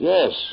Yes